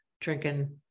drinking